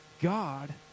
God